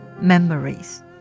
memories